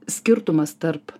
skirtumas tarp